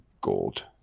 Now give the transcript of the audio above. gold